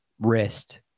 wrist